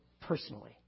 personally